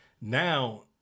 Now